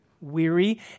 weary